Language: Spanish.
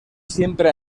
siempre